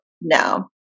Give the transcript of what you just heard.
no